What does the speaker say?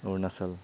Arunachal